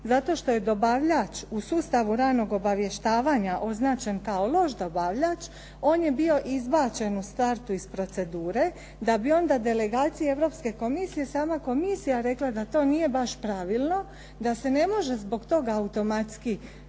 zato što je dobavljač u sustavu ranog obavještavanja označen kao loš dobavljač on je bio izbačen u startu iz procedure, da bi onda delegacije Europske komisije i sama komisija rekla da to nije baš pravilo, da se ne može zbog toga automatski